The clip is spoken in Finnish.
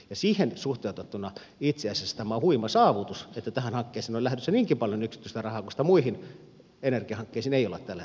siihen suhteutettuna itse asiassa tämä on huima saavutus että tähän hankkeeseen on lähdössä niinkin paljon yksityistä rahaa kun sitä muihin energiahankkeisiin ei ole tällä hetkellä lähdössä